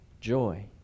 joy